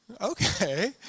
okay